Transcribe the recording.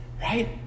right